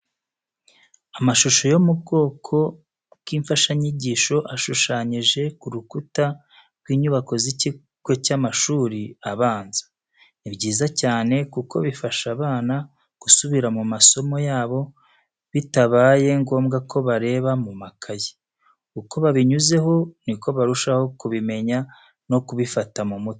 Amashusho yo mu bwoko bw'imfashanyigisho ashushanyije ku rukuta rw'inyubako z'ikigo cy'amashuri abanza. Ni byiza cyane kuko bifasha abana gusubira mu masomo yabo bitabaye ngombwa ko bareba mu ikayi. Uko babinyuzeho ni ko barushaho kubimenya no kubifata mu mutwe.